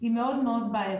היא מאוד בעייתית.